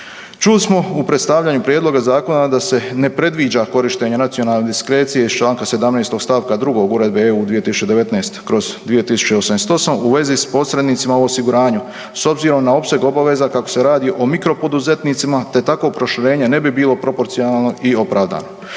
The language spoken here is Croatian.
Čuli smo u predstavljanju prijedloga zakona da se ne predviđa korištenje nacionalne diskrecije iz čl. 17 st. 2 Uredbe (EU) 2019/2088 u vezi s posrednicima u osiguranju. S obzirom na opseg obaveza, kako se radi o mikropoduzetnicima te tako proširenje ne bi bilo proporcionalno i opravdano.